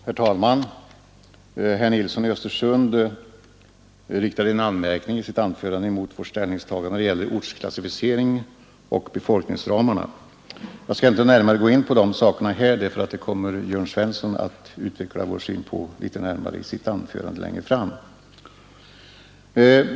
Herr talman! Herr Nilsson i Östersund riktade i sitt anförande en anmärkning mot vårt ställningstagande när det gäller ortsklassificeringen och befolkningsramarna. Jag skall inte närmare gå in på de sakerna, då Jörn Svensson kommer att utveckla vår syn härpå i sitt anförande längre fram.